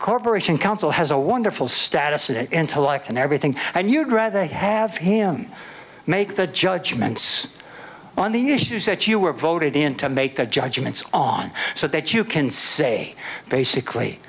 corporation council has a wonderful status in intellect and everything and you'd rather have him make the judgments on the issues that you were voted in to make the judgments on so that you can say basically